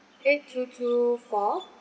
eight two two four